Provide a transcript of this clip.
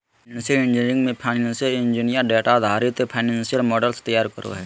financial engineering मे financial engineer data आधारित financial models तैयार करो हय